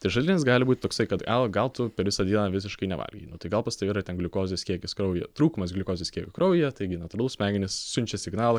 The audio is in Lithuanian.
tai šaltinis gali būt toksai kad al gal tu per visą dieną visiškai nevalgei nu tai gal pas tave yra ten gliukozės kiekis kraujyje trūkumas gliukozės kiekio kraujyje taigi natūralu smegenys siunčia signalą